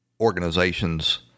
organizations